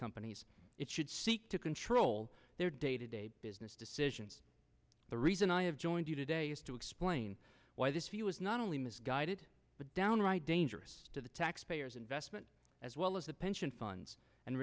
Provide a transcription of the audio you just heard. companies it should seek to control all their day to day business decisions the reason i have joined you today is to explain why this he was not only misguided but downright dangerous to the taxpayers investment as well as the pension funds and